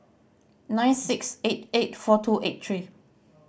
nine six eight eight four two eight three